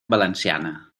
valenciana